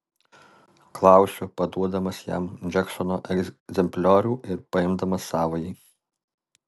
klausiu paduodamas jam džeksono egzempliorių ir paimdamas savąjį